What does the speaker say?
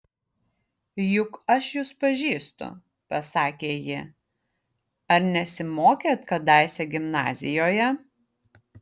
juk aš jus pažįstu pasakė ji ar nesimokėt kadaise gimnazijoje